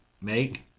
make